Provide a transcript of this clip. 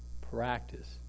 practice